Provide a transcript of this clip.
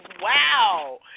wow